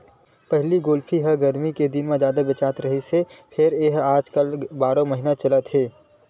पहिली कुल्फी ह गरमी के दिन म जादा बेचावत रिहिस हे फेर आजकाल ए ह बारो महिना चलत हे